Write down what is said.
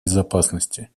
безопасности